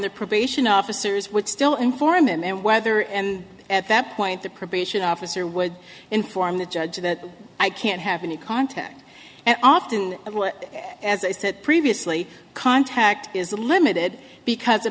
the probation officers would still inform him and whether and at that point the probation officer would inform the judge that i can't have any contact and often as i said previously contact is limited because